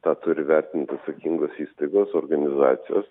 tą turi vertinti atsakingos įstaigos organizacijos